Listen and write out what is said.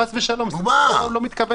חס ושלום, אני לא מתכוון להתערב.